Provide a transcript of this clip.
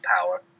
power